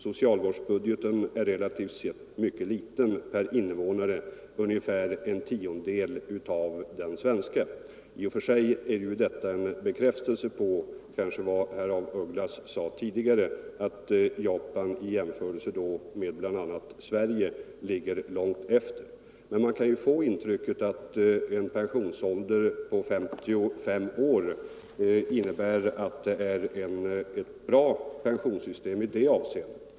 Socialvårdsbudgeten är relativt sett mycket liten, per individ ungefär en tiondel av den svenska.” I och för sig är ju detta en bekräftelse på vad herr af Ugglas sade tidigare, att Japan i jämförelse med bl.a. Sverige ligger långt efter. Men man kan ju få intrycket att en pensionsålder på 55 år innebär att det är ett bra pensionssystem i det avseendet.